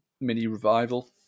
mini-revival